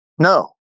No